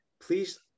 please